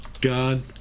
God